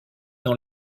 dans